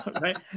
right